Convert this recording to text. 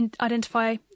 identify